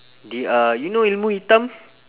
they are you know ilmu hitam